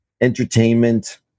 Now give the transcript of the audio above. entertainment